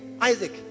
Isaac